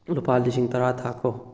ꯂꯨꯄꯥ ꯂꯤꯁꯤꯡ ꯇꯔꯥ ꯊꯥꯈꯣ